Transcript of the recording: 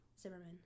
Zimmerman